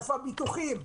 איפה הביטוחים?